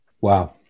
Wow